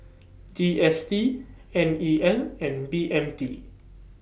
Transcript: G S T N E L and B M T